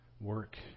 work